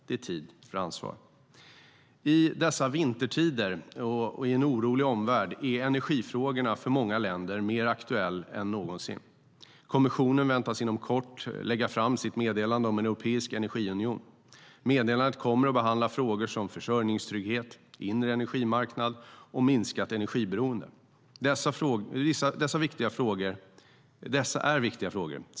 Det är tid för ansvar.I dessa vintertider och i en orolig omvärld är energifrågorna för många länder mer aktuella än någonsin. Kommissionen väntas inom kort lägga fram sitt meddelande om en europeisk energiunion. Meddelandet kommer att behandla frågor som försörjningstrygghet, inre energimarknad och minskat energiberoende. Detta är viktiga frågor.